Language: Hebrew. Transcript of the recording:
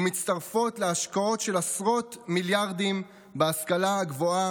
ומצטרפות להשקעות של עשרות מיליארדים בהשכלה הגבוהה,